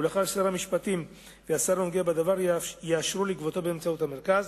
ולאחר ששר המשפטים והשר הנוגע בדבר יאשרו לגבותו באמצעות המרכז